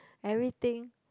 everything